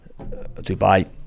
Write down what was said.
Dubai